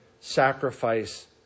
sacrifice